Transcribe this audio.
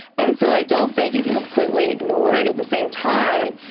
and so i don't think you can completely ignore it at the same time.